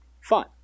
fun